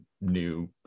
new